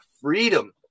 freedom